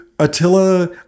Attila